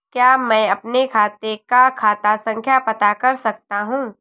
क्या मैं अपने खाते का खाता संख्या पता कर सकता हूँ?